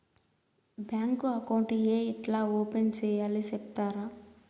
Bank account ఏ ఎట్లా open సేయాలి సెప్తారా?